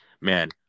man